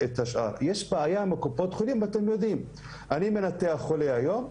יש בעיה עם קופות החולים ואתם יודעים: אני מנתח חולה היום,